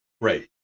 Right